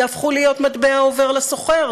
יעברו להיות מטבע עובר לסוחר.